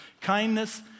kindness